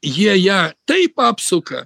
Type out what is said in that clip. jie ją taip apsuka